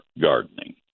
Gardening